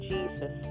Jesus